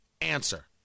answer